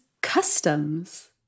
customs